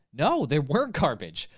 no, they weren't garbage.